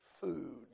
food